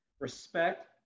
respect